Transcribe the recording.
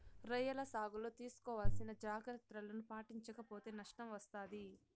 రొయ్యల సాగులో తీసుకోవాల్సిన జాగ్రత్తలను పాటించక పోతే నష్టం వస్తాది